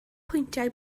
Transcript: pwyntiau